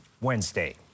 Wednesday